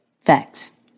Facts